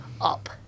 up